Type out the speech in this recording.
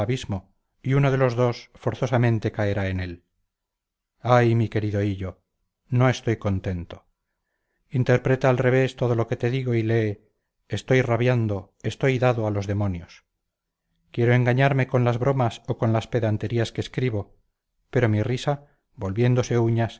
y uno de los dos forzosamente caerá en él ay mi querido hillo no estoy contento interpreta al revés todo lo que te digo y lee estoy rabiando estoy dado a los demonios quiero engañarme con las bromas o con las pedanterías que escribo pero mi risa volviéndose uñas